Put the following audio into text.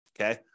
Okay